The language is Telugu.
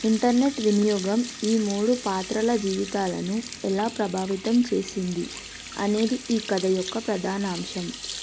ఇంటర్నెట్ వినియోగం ఈ మూడు పాత్రల జీవితాలను ఎలా ప్రభావితం చేసింది అనేది ఈ కథ యొక్క ప్రధాన అంశం